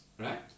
Right